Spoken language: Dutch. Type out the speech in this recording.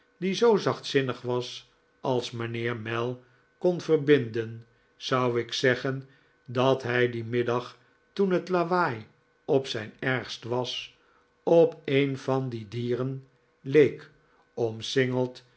die zoo zachtzinnig was als mijnheer mell kon verbinden zou ik zeggen dat hij dien middag toen het lawaai op zijn ergst was op een van die dieren leek